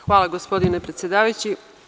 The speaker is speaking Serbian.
Hvala gospodine predsedavajući.